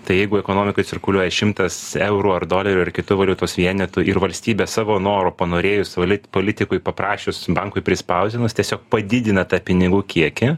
tai jeigu ekonomikoj cirkuliuoja šimtas eurų ar dolerių ar kitų valiutos vienetų ir valstybė savo noru panorėjus valyt politikui paprašius bankui prispausdinus tiesiog padidina tą pinigų kiekį